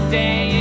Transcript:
day